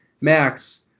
Max